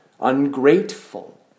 ungrateful